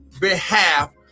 behalf